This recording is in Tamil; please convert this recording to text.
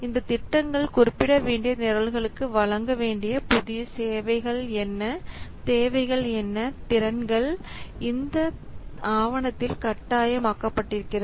இந்த திட்டங்கள் குறிப்பிடவேண்டிய நிரல்ளுக்கு வழங்கவேண்டிய புதிய சேவைகள் என்ன தேவைகள் என்ன திறன்கள் இந்த ஆவணத்தில் கட்டாயம் ஆக்கப்பட்டிருக்கிறது